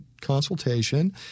consultation